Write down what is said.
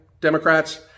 Democrats